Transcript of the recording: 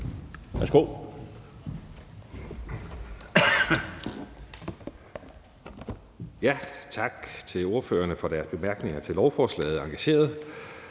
Tak til ordførerne for deres engagerede bemærkninger til lovforslaget.